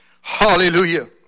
Hallelujah